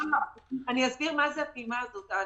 אני אסביר מה הפעימה הזאת.